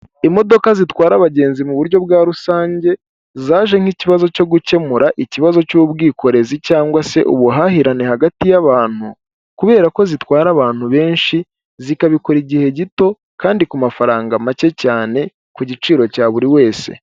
Imodoka zitwara abagenzi mu buryo bwa rusange, zaje nk'ikibazo cyo gukemura ikibazo cy'ubwikorezi cyangwa se ubuhahirane hagati y'abantu kubera ko zitwara abantu benshi zikabikora igihe gito kandi ku mafaranga make cyane ku giciro cya buri wese.